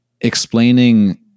explaining